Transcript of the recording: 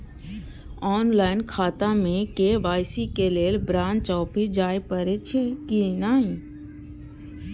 Online खाता में KYC के लेल ब्रांच ऑफिस जाय परेछै कि नहिं?